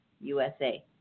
USA